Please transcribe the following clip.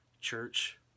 church